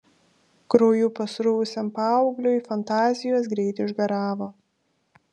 krauju pasruvusiam paaugliui fantazijos greit išgaravo